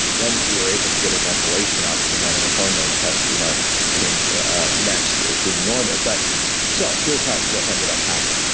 then we were able to get her methylation up, and then her hormone test you know came ah next as being normal but so here's what ended up happening.